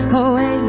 away